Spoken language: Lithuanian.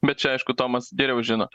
bet čia aišku tomas geriau žino